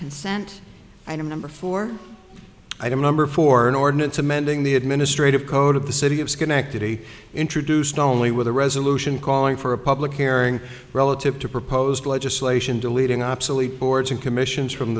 consent item number four item number four an ordinance amending the administrative code of the city of schenectady introduced only with a resolution calling for a public hearing relative to proposed legislation deleting obsolete boards and commissions from